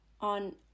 on